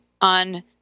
On